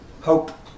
hope